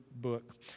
book